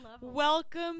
Welcome